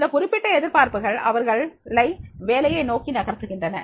இந்த குறிப்பிட்ட எதிர்பார்ப்புகள் அவர்களை வேலையை நோக்கி நகர்த்துகின்றன